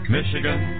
Michigan